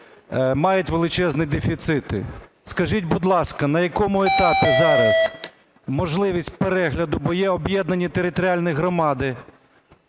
мають величезні дефіцити. Скажіть, будь ласка, на якому етапі зараз можливість перегляду? Бо є об'єднані територіальні громади,